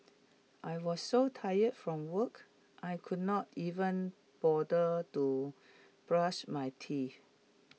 I was so tired from work I could not even bother to brush my teeth